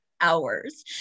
hours